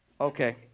Okay